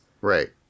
Right